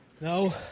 No